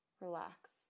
relax